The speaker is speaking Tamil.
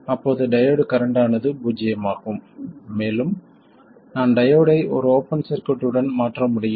அப்போது டையோடு கரண்ட் ஆனது பூஜ்ஜியமாகும் மேலும் நான் டையோடை ஒரு ஓபன் சர்க்யூட் உடன் மாற்ற முடியும்